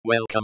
Welcome